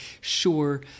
sure